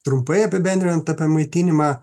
trumpai apibendrinant apie maitinimą